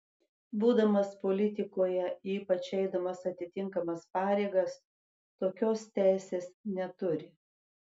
būdamas politikoje ypač eidamas atitinkamas pareigas tokios teisės neturi